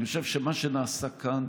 אני חושב שמה שנעשה כאן